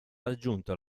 raggiunto